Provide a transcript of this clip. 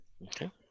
okay